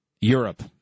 Europe